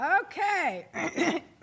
Okay